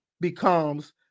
becomes